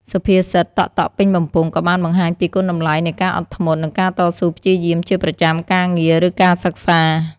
សុភាសិត តក់ៗពេញបំពង់ ក៏បានបង្ហាញពីគុណតម្លៃនៃការអត់ធ្មត់ និងការតស៊ូព្យាយាមជាប្រចាំ ការងារ ឬការសិក្សា។